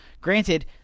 granted